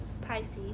pisces